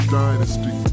dynasty